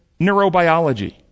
neurobiology